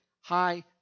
high